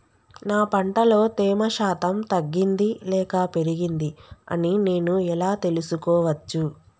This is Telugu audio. నా పంట లో తేమ శాతం తగ్గింది లేక పెరిగింది అని నేను ఎలా తెలుసుకోవచ్చు?